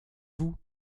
vous